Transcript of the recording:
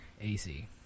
AC